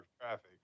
traffic